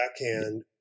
backhand